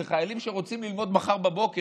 אלה חיילים שרוצים ללמוד מחר בבוקר,